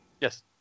Yes